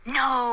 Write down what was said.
no